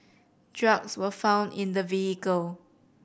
drugs were found in the vehicle